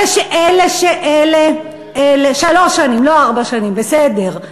אלה, שלוש שנים, לא ארבע שנים, בסדר.